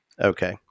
Okay